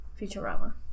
Futurama